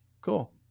cool